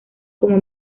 como